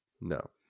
no